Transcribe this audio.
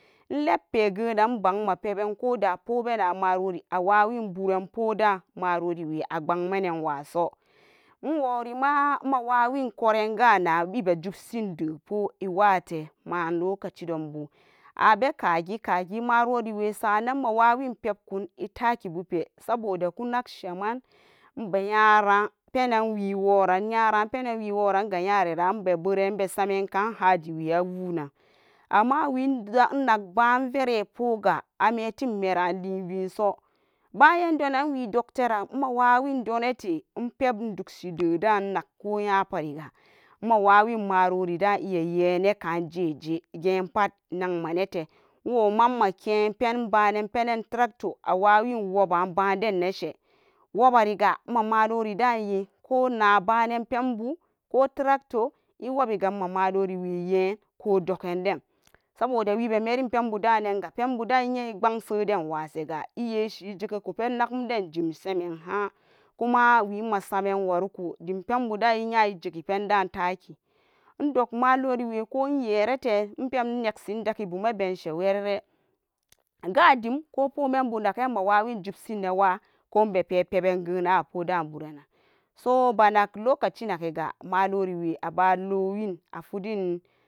Ilebpe gen inbagma peban koda poo bena marori awawin buran poodan marori we abagmanan waso, iworima'a mawawin koren kana ibe jumsin dim poo iwate ma lokacin don bo abe kagi kagi marori sa'annan mawawin pepkun itakibupe saboda kunag sheman ibenyara penan wiworan yara penanwiworan yara penan wiworanga nyayera ibe buran ibe samenkahajiwe awunan, amma wi inagba ivere pooga ametin mera libiso bayan donan wi dogteran mawawin donete inpep dugshi dedan inag ko nyapariga, mawawin marorida iyaye neka jeje gepat nagmanete iwoman makepen banan penan tractor awawen woba badan neshe, wobariga ma matorida yea ko nabanen penbo, ko tractor iwobiga amammatoriwe yea ko doken den saboda wibe merin penbudanenga penbuda iyea ibagn sedanwashega iyeshi ijeguku pen nakumden jemshimen həan kumawi masamen warko dim pen buda inya ijegi penda taki indog moloriwe ko inyerete inpepineksi daki bumese werere, gadim poo memby naken mawawin jubsin newa ko inbepe peban geun nan aburan nan so banag lokaci nagiga maloriwe aba lowin afudin.